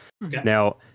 Now